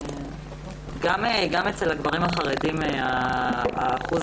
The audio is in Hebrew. גם אצל הגברים החרדים שיעור